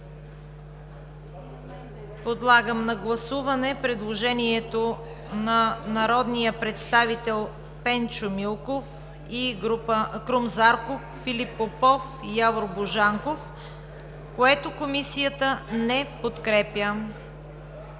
Подлагам на гласуване предложението на народните представители Пенчо Милков, Крум Зарков, Филип Попов и Явор Божанков, което Комисията не подкрепя.